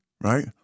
right